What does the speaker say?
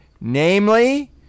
Namely